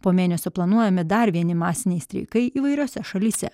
po mėnesio planuojami dar vieni masiniai streikai įvairiose šalyse